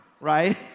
right